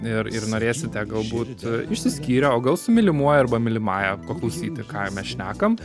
ir ir norėsite galbūt išsiskyrę o gal su mylimuoju arba mylimąja paklausyti ką mes šnekam